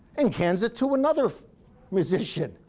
and hands it to another musician,